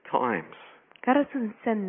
times